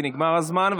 כי נגמר הזמן,